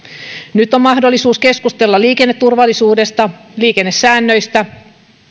nyt on mahdollisuus keskustella liikenneturvallisuudesta liikennesäännöistä